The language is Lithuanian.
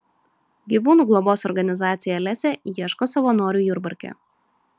gyvūnų globos organizacija lesė ieško savanorių jurbarke